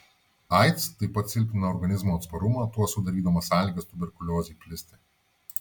aids taip pat silpnina organizmo atsparumą tuo sudarydama sąlygas tuberkuliozei plisti